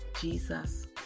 Jesus